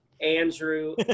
Andrew